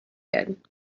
and